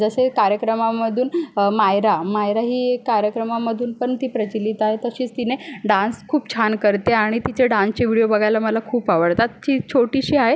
जसे कार्यक्रमामधून मायरा मायरा ही कार्यक्रमामधून पण ती प्रचलित आहे तशीच तिने डान्स खूप छान करते आणि तिचे डान्सचे व्हिडीओ बघायला मला खूप आवडतात ती छोटीशी आहे